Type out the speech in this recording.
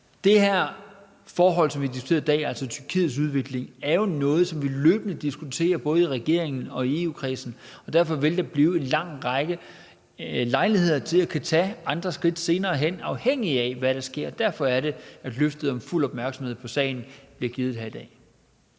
Det her forhold, som vi diskuterer i dag, altså Tyrkiets udvikling, er jo noget, som vi løbende diskuterer både i regeringen og i EU-kredsen, og derfor vil der blive en lang række lejligheder til at tage andre skridt senere hen, afhængigt af hvad der sker. Det er derfor, at løftet om fuld opmærksomhed på sagen, bliver givet her i dag.